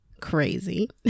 crazy